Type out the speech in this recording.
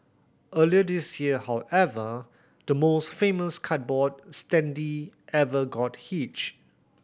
earlier this year however the most famous cardboard standee ever got hitched